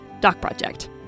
docproject